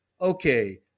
Okay